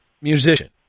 musician